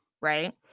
right